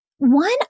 One